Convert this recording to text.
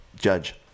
judge